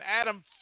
Adam